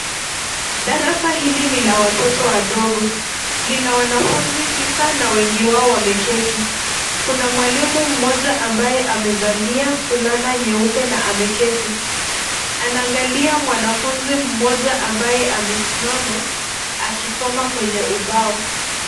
Darasa hili ni la watoto wadogo. Lina wanafunzi tisa na wengi wao wameketi. Kuna mwalimu mmoja ambaye amevalia fulana nyeupe na ameketi. Anaangalia mwanafunzi mmoja ambaye amesimama, akisoma kwenye ubao.